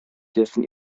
dürfen